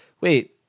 wait